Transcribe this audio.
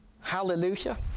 Hallelujah